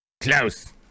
Klaus